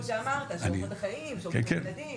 שאמרת אורחות החיים --- תלות הדדית.